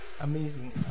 Amazing